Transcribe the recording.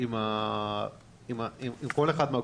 עם כל אחד מהגופים,